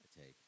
Take